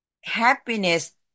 happiness